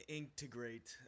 integrate